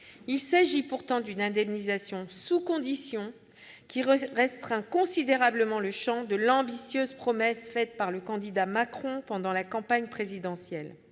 Il s'agit pourtant d'une indemnisation sous condition qui restreint considérablement le champ de l'ambitieuse promesse faite par le candidat Macron pendant la campagne présidentielle.